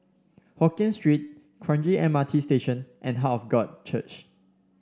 Hokien Street Kranji M R T Station and Heart of God Church